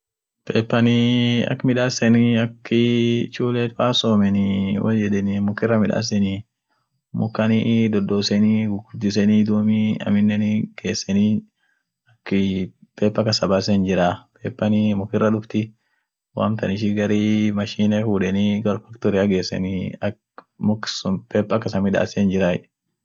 Foon sunii ak miidaasen, foon sunii chireni dursa foon lafeen kas hinjir fool lum chala. sun kofaat guureni raawoteni midaaseni chireni, mal isa kiasi isa mal feden sun chichireni chacharekeseni duum roofu hanbahal suunt guurenie. akas midaaseni chacharekeseni ak inin bare sun isheen